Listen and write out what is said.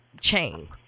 chain